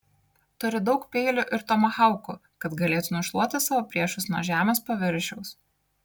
turi daug peilių ir tomahaukų kad galėtų nušluoti savo priešus nuo žemės paviršiaus